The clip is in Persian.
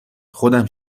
خودم